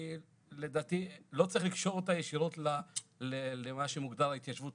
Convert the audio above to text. שלדעתי לא צריך לקשור אותה ישירות למה שמוגדר התיישבות